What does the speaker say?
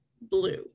blue